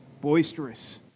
boisterous